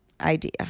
idea